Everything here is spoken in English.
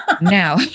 now